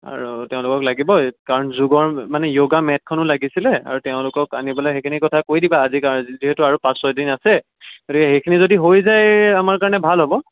আৰু তেওঁলোকক লাগিব কাৰণ যোগৰ মানে য়ৌগা মেটখনো লাগিছিলে আৰু তেওঁলোকক আনিবলৈ সেইখিনি কথা কৈ দিবা আজি যিহেতু আৰু পাঁচ ছয়দিন আছে গতিকে সেইখিনি যদি হৈ যায় আমাৰ কাৰণে ভাল হ'ব